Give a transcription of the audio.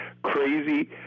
Crazy